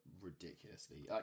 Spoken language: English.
ridiculously